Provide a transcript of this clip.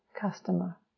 customer